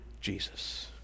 Jesus